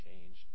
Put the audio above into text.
changed